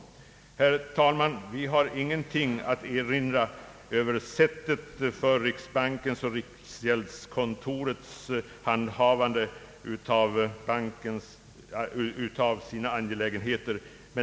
Herr talman! Vi har ingenting att erinra mot det sätt varpå riksbanken och riksgäldskontoret handhaft sina angelägenheter.